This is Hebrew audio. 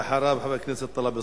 ואחריו, חבר הכנסת טלב אלסאנע.